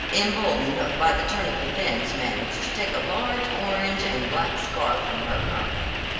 emboldened by the turn of events managed to take a large orange and black scarf from her pocket.